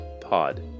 pod